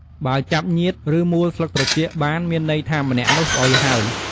បើចាប់ញៀច ឬ មួលស្លឹកត្រចៀកបាន មានន័យថា ម្នាក់នោះ ស្អុយហើយ។